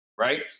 Right